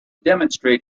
demonstrate